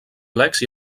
plecs